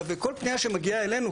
וכל פנייה שמגיעה אלינו,